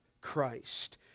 Christ